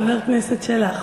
חבר הכנסת שלח,